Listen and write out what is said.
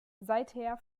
seither